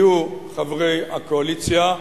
חברי הקואליציה,